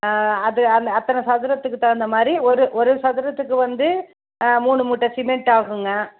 அது அந் அத்தனை சதுரத்துக்கு தகுந்த மாதிரி ஒரு ஒரு சதுரத்துக்கு வந்து மூணு மூட்டை சிமெண்ட்டாகுங்க